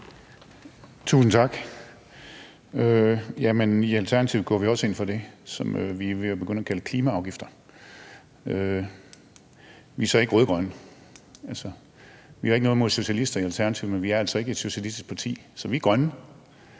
Tusind tak. I Alternativet går vi også ind for det, som vi er begyndt at kalde klimaafgifter. Vi er så ikke rød-grønne. Vi har ikke noget imod socialister i Alternativet, men vi er altså ikke et socialistisk parti – vi er grønne.